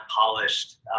polished